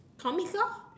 comics lor